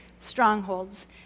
strongholds